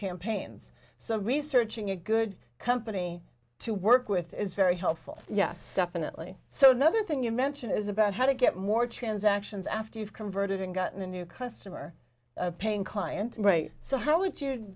campaigns so researching a good company to work with is very helpful yes definitely so no other thing you mention is about how to get more transactions after you've converted and gotten a new customer paying client right so how do you